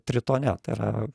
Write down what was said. tritone tai yra